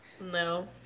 No